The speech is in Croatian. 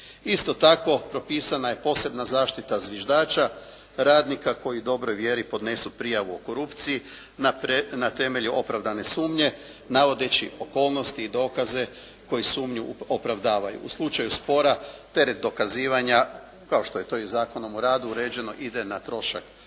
Isto tako, propisana je posebna zaštita zviždača radnika koji u dobroj vjeri podnesu prijavu o korupciji na temelju opravdane sumnje navodeći okolnosti i dokaze koji sumnju opravdavaju. U slučaju spora teret dokazivanja kao što je to i Zakonom o radu uređeno ide na trošak poslodavca.